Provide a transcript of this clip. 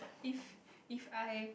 if if I